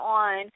on